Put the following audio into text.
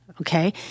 Okay